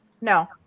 No